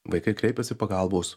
vaikai kreipiasi pagalbos